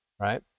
right